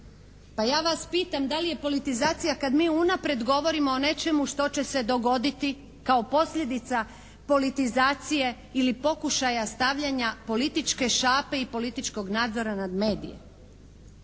Pa ja vas pitam da li je politizacija kad mi unaprijed govorimo o nečemu što će se dogoditi kao posljedica politizacije ili pokušaja stavljanja političke šape i političkog nadzora nad medije.